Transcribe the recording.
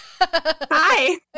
Hi